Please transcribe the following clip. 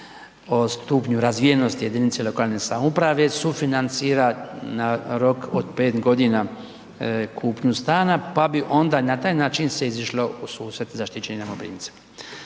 o stupnju razvijenosti JLS sufinancira na rok od 5 godina kupnju stana pa bi onda na taj način se izišlo u susret zaštićenim najmoprimcem.